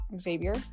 Xavier